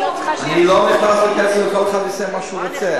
כל אחד יעשה מה שהוא רוצה.